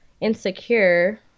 insecure